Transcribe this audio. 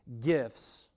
gifts